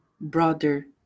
Brother